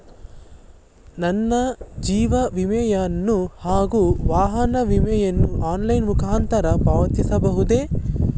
ನನ್ನ ಜೀವ ವಿಮೆಯನ್ನು ಹಾಗೂ ವಾಹನ ವಿಮೆಯನ್ನು ಆನ್ಲೈನ್ ಮುಖಾಂತರ ಪಾವತಿಸಬಹುದೇ?